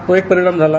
तो एक परिणाम झाला